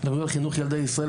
מדברים על חינוך ילדי ישראל,